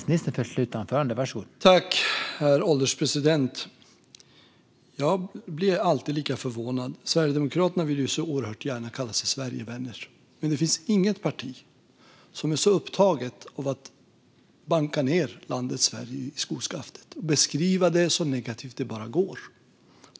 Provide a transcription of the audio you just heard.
Herr ålderspresident! Jag blir alltid lika förvånad. Sverigedemokraterna vill ju så oerhört gärna kalla sig Sverigevänner, men det finns inget parti som är lika upptaget av att banka ned landet Sverige i skoskaften och beskriva det så negativt det bara går.